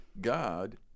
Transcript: God